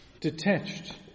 Detached